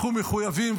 אנחנו מחויבים,